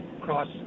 cross